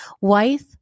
wife